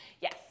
Yes